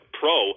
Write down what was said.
pro